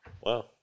Wow